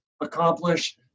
accomplish